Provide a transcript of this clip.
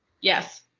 Yes